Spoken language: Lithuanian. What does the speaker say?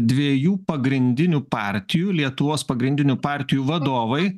dviejų pagrindinių partijų lietuvos pagrindinių partijų vadovai